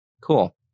Cool